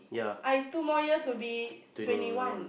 I two more years will be twenty one